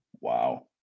Wow